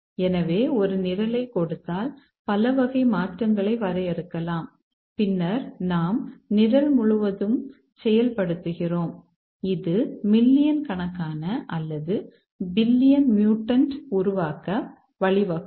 எனவே ஒரு நிரலைக் கொடுத்தால் பல வகை மாற்றங்களை வரையறுக்கலாம் பின்னர் நாம் நிரல் முழுவதும் செயல்படுத்துகிறோம் இது மில்லியன் கணக்கான அல்லது பில்லியன் மியூடன்ட் உருவாக்க வழிவகுக்கும்